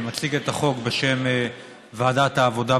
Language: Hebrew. אני מציג את החוק בשם ועדת העבודה,